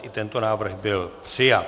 I tento návrh byl přijat.